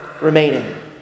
remaining